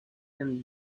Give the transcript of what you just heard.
and